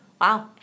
wow